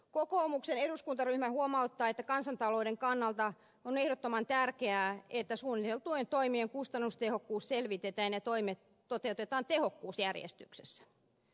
kokoomuksen eduskuntaryhmä huomauttaa että kansantalouden kannalta on ehdottoman tärkeää että suunniteltujen toimien kustannustehokkuus selvitetään ja toimet toteutetaan tehokkuusjärjestyksessä